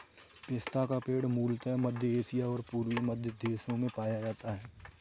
पिस्ता का पेड़ मूलतः मध्य एशिया और पूर्वी मध्य देशों में पाया जाता है